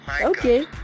okay